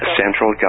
central